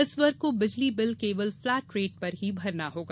इस वर्ग को बिजली बिल केवल फ्लैट रेट पर ही भरना होगा